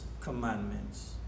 commandments